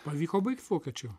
pavyko baigt vokiečių